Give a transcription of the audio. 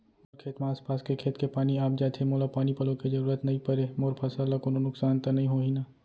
मोर खेत म आसपास के खेत के पानी आप जाथे, मोला पानी पलोय के जरूरत नई परे, मोर फसल ल कोनो नुकसान त नई होही न?